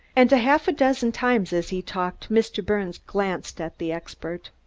and half a dozen times as he talked mr. birnes glanced at the expert.